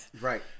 Right